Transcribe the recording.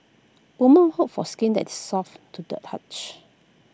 women hope for skin that is soft to the touch